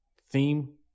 theme